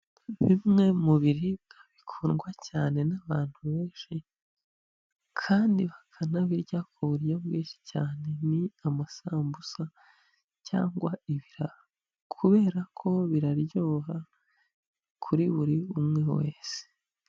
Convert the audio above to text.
Bimwe mu biribwa bikundwa cyane n'abantu benshi kandi bakanabirya ku buryo bwinshi cyane ni amasambusa cyangwa ibiraha, kubera ko biraryoha kuri buri umwe wese.